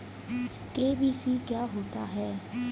KYC क्या होता है?